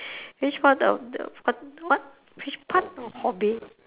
which part of the what what which part of hobby